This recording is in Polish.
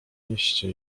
mieście